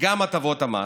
וגם הטבות מס,